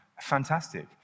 Fantastic